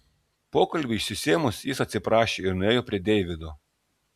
pokalbiui išsisėmus jis atsiprašė ir nuėjo prie deivido